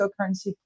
cryptocurrency